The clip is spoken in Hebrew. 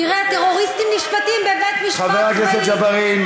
תראה, טרוריסטים נשפטים בבית-משפט צבאי.